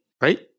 right